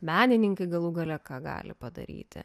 menininkai galų gale ką gali padaryti